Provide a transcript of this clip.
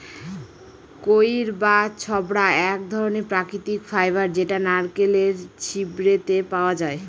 কইর বা ছবড়া এক ধরনের প্রাকৃতিক ফাইবার যেটা নারকেলের ছিবড়েতে পাওয়া যায়